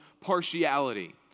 partiality